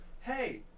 Hey